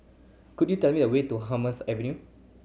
could you tell me the way to Hummers Avenue